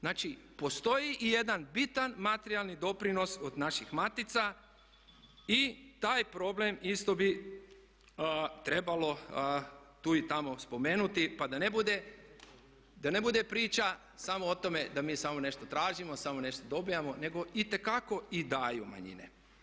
Znači, postoji i jedan bitan materijalni doprinos od naših matica i taj problem isto bi trebalo tu i tamo spomenuti, pa da ne bude priča samo o tome da mi samo nešto tražimo, samo nešto dobivamo, nego itekako i daju manjine.